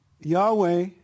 Yahweh